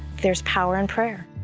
there's power in prayer.